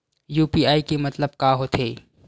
UPI के मतलब का होथे?